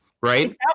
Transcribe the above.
right